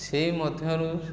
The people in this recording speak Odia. ସେ ମଧ୍ୟରୁ